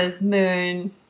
Moon